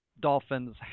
dolphins